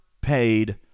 paid